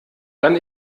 dann